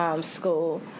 school